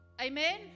Amen